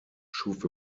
schuf